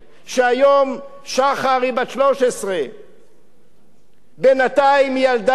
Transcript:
שהיום שחר היא בת 13. בינתיים היא ילדה,